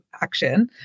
action